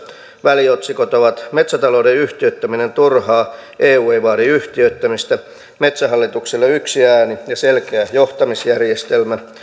väliotsikot ovat metsätalouden yhtiöittäminen turhaa eu ei vaadi yhtiöittämistä metsähallituksella yksi ääni ja selkeä johtamisjärjestelmä